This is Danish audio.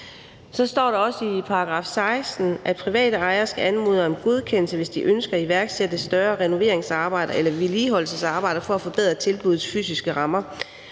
Så står der også i § 16, at private ejere skal anmode om godkendelse, hvis de ønsker at iværksætte større renoveringsarbejder eller vedligeholdelsesarbejder for at forbedre tilbuddets fysiske rammer.